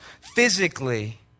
physically